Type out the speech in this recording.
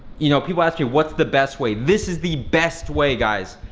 you know people ask me, what's the best way? this is the best way guys,